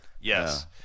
Yes